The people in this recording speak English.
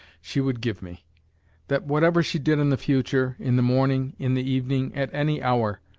she would give me that whatever she did in the future, in the morning, in the evening, at any hour,